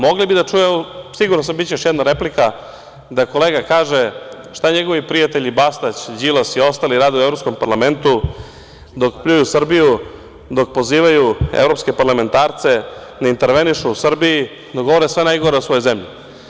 Mogli bi da čuju, siguran sam da će biti još jedna replika, da kolega kaže šta njegovi prijatelji Bastać, Đilas i ostali rade u Evropskom parlamentu, dok pljuju Srbiju, dok pozivaju evropske parlamentarce da intervenišu u Srbiju, dok govore sve najgore u svojoj zemlji?